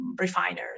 refiners